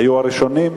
והיו הראשונים.